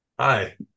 Hi